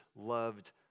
loved